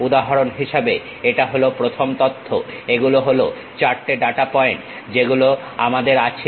উদাহরণ হিসেবে এটা হল প্রথম তথ্য এগুলো হলো 4 টে ডাটা পয়েন্ট যেগুলো আমাদের আছে